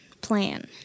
plan